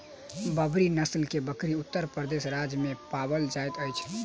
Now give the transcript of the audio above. बर्बरी नस्ल के बकरी उत्तर प्रदेश राज्य में पाओल जाइत अछि